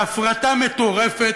להפרטה מטורפת.